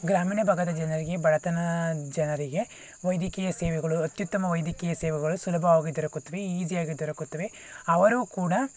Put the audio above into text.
ಗ್ರಾಮೀಣ ಭಾಗದ ಜನರಿಗೆ ಬಡತನ ಜನರಿಗೆ ವೈದ್ಯಕೀಯ ಸೇವೆಗಳು ಅತ್ಯುತ್ತಮ ವೈದ್ಯಕೀಯ ಸೇವೆಗಳು ಸುಲಭವಾಗಿ ದೊರಕುತ್ತವೆ ಈಸಿಯಾಗಿ ದೊರಕುತ್ತವೆ ಅವರು ಕೂಡ